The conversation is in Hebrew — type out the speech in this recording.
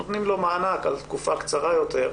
מענק על תקופה קצרה יותר,